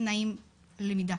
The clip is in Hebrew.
תנאי למידה.